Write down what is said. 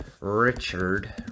Richard